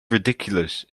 ridiculous